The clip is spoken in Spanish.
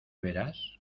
veras